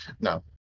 No